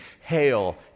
Hail